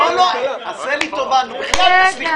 רגע.